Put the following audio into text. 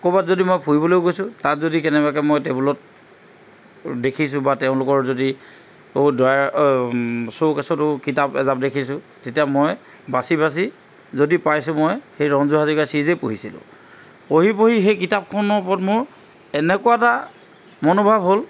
ক'ৰবাত যদি মই ফুৰিবলৈ গৈছোঁ তাত যদি কেনেবাকৈ মই টেবুলত দেখিছোঁ বা তেওঁলোকৰ যদি ও ডয়াৰ শ্ব'কেছতো কিতাপ এজাব দেখিছোঁ তেতিয়া মই বাচি বাচি যদি পাইছোঁ মই সেই ৰঞ্জু হাজৰিকাৰ ছিৰিজেই পঢ়িছিলোঁ পঢ়ি পঢ়ি সেই কিতাপখনৰ ওপৰত মোৰ এনেকুৱা এটা মনোভাৱ হ'ল